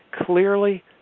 clearly